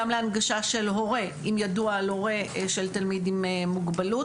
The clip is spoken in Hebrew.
גם להנגשה של הורה אם ידוע על הורה של תלמיד עם מוגבלות,